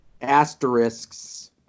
asterisks